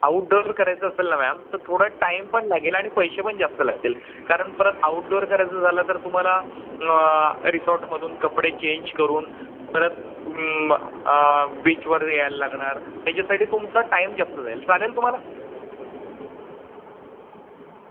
outdoor करायचं असेल ना मॅम तर थोडा टाइम पण लागेल आणि पैसे पण जास्त लागतील कारण परत आऊटडोअर करायचं झालं तर तुम्हाला रिसॉर्टमधून कपडे चेन्ज करून परत बीचवर यायला लागणार त्याच्यासाठी तुमचा टाइम जास्त जाईल चालेल तुम्हाला